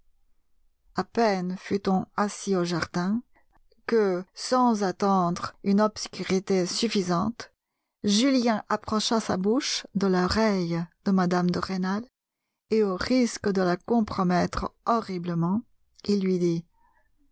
a peine fut on assis au jardin que sans attendre une obscurité suffisante julien approcha sa bouche de l'oreille de mme de rênal et au risque de la compromettre horriblement il lui dit